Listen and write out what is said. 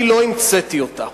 אני לא המצאתי אותה,